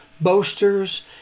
boasters